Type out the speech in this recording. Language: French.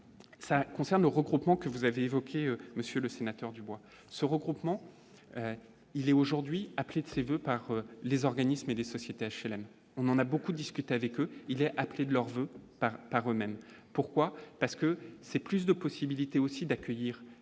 ça concerne le regroupement que vous avez évoqué, monsieur le sénateur du bois ce regroupement, il est aujourd'hui appelé de ses voeux par les organismes et des sociétés HLM, on a beaucoup discuté avec eux, il y a appelé de leurs voeux par eux-mêmes, pourquoi, parce que c'est plus de possibilité aussi d'accueillir